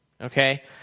Okay